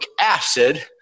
acid